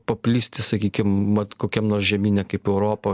paplisti sakykim vat kokiam nors žemyne kaip europa